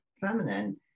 feminine